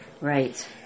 Right